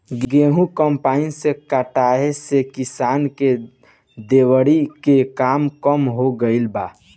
गेंहू कम्पाईन से कटाए से किसान के दौवरी के काम कम हो गईल बा